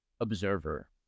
observer